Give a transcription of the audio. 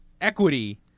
Equity